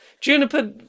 Juniper